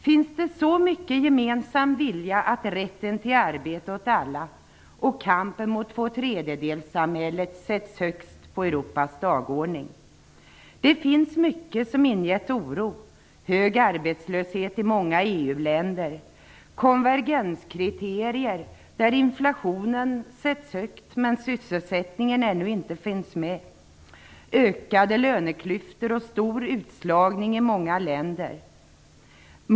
Finns det så mycket av gemensam vilja att rätten till arbete åt alla och kampen mot tvåtredjedelssamhället sätts högst på Europas dagordning? Det finns mycket som har ingett oro: hög arbetslöshet i många EU-länder, konvergenskriterier där inflationen sätts högt men sysselsättningen ännu inte finns med, ökade löneklyftor och stor utslagning i många länder.